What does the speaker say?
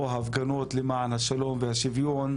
או הפגנות למען השלום והשוויון,